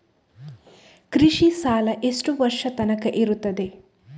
ಕೃಷಿ ಸಾಲ ಎಷ್ಟು ವರ್ಷ ತನಕ ಇರುತ್ತದೆ?